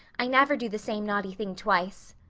i never do the same naughty thing twice.